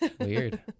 Weird